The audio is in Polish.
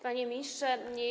Panie Ministrze!